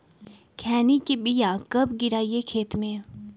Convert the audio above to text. खैनी के बिया कब गिराइये खेत मे?